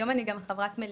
היום אני גם חברת מליאה,